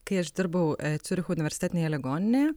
kai aš dirbau ciuricho universitetinėje ligoninėje